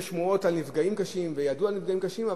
שמועות על נפגעים קשים וידעו על נפגעים קשים.